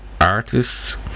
artists